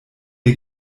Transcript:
der